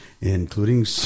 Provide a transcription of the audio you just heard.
including